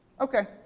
Okay